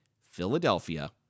Philadelphia